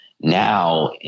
now